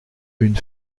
une